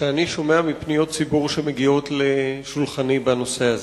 שאני שומע מפניות ציבור שמגיעות לשולחני בנושא הזה.